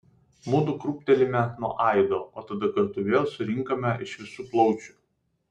mudu krūptelime nuo aido o tada kartu vėl surinkame iš visų plaučių